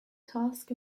task